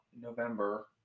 November